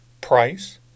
price